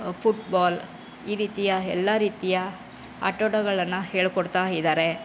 football ಈ ರೀತಿಯ ಎಲ್ಲ ರೀತಿಯ ಆಟೋಟಗಳನ್ನು ಹೇಳಿಕೊಡ್ತಾ ಇದ್ದಾರೆ